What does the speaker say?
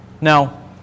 Now